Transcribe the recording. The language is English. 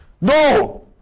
No